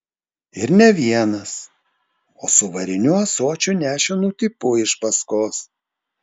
ir ne vienas o su variniu ąsočiu nešinu tipu iš paskos